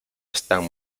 están